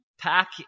pack